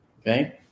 Okay